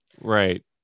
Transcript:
right